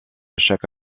chaque